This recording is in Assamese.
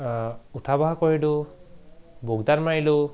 উঠা বহা কৰিলো বুকদান মাৰিলো